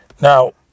Now